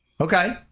Okay